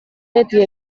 beti